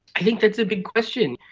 i think that's a big question.